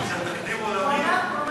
זה תקדים עולמי.